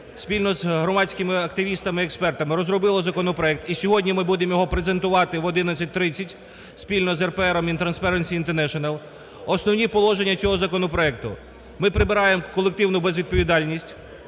спільно з громадськими активістами-експертами розробило законопроект. І сьогодні ми будемо його презентувати в 11:30 спільно з РПРом і Transparency International. Основні положення цього законопроекту: ми прибираємо колективну безвідповідальність